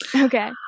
Okay